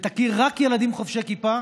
ותכיר רק ילדים חובשי כיפה